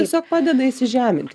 tiesiog padeda įsižeminti